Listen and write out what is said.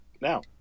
now